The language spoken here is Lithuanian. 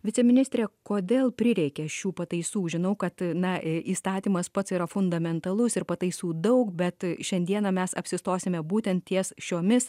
viceministrė kodėl prireikė šių pataisų žinau kad na įstatymas pats yra fundamentalus ir pataisų daug bet šiandieną mes apsistosime būtent ties šiomis